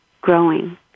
growing